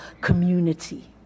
community